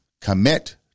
commit